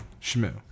Shmoo